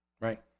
right